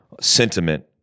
sentiment